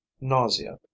nausea